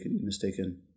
mistaken